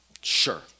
Sure